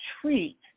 treat